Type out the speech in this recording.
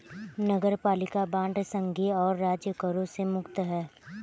नगरपालिका बांड संघीय और राज्य करों से मुक्त हैं